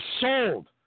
sold